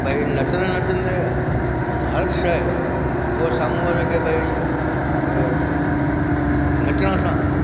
भई नचंदे नचंदे हर शइ उहा साम्हूं वारे खे भई नचण सां